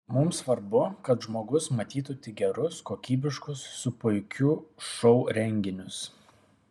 mums svarbu kad žmogus matytų tik gerus kokybiškus su puikiu šou renginius